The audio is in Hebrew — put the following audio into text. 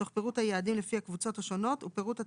תוך פירוט היעדים לפי הקבוצות השונות ופירוט התפקיד,